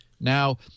Now